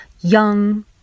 young